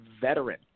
veteran